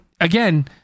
again